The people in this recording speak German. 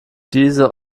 diese